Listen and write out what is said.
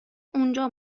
اونجا